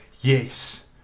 yes